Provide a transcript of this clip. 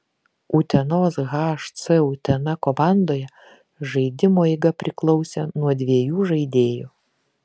utenos hc utena komandoje žaidimo eiga priklausė nuo dviejų žaidėjų